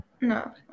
No